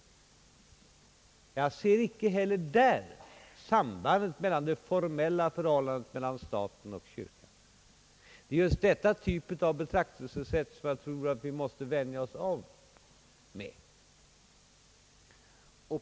Jag ser inte heller där sambandet med det formella förhållandet mellan staten och kyrkan. Det är denna typ av betraktelsesätt som jag tror att vi måste vänja oss av med.